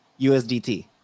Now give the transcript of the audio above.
USDT